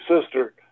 sister